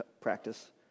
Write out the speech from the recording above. practice